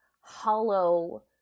hollow